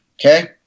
Okay